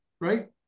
right